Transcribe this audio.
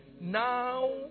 Now